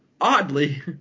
oddly